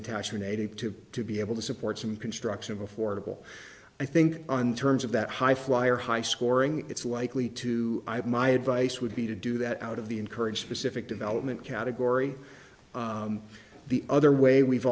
attachment eighty two to be able to support some construction of affordable i think on terms of that high flyer high scoring it's likely to have my advice would be to do that out of the encourage specific development category the other way we've